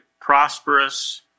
prosperous